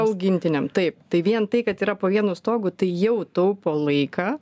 augintiniam taip tai vien tai kad yra po vienu stogu tai jau taupo laiką